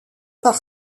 par